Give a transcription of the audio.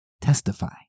Testify